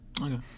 Okay